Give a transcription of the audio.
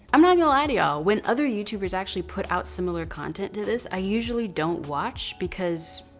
i'm not gonna lie to y'all. when other youtubers actually put out similar content to this, i usually don't watch because.